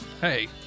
Hey